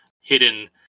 hidden